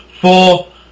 Four